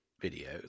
video